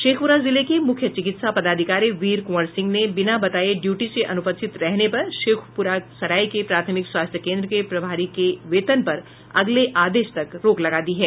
शेखपुरा जिले के मुख्य चिकित्सा पदाधिकारी वीर कुंवर सिंह ने बिना बताये ड्यूटी से अनुपस्थित रहने पर शेखोपुर सराय के प्राथमिक स्वास्थ्य केन्द्र के प्रभारी के वेतन पर अगले आदेश तक रोक लगा दी है